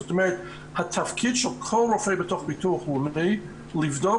זאת אומרת התפקיד של כל רופא בתוך הביטוח הלאומי הוא לבדוק